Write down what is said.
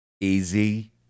Easy